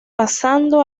pasando